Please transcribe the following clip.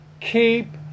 keep